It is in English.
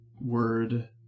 word